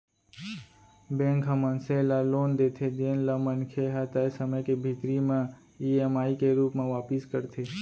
bank ह मनसे ल लोन देथे जेन ल मनखे ह तय समे के भीतरी म ईएमआई के रूप म वापिस करथे